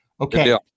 Okay